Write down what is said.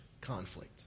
conflict